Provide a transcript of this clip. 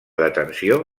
detenció